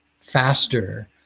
faster